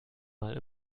mal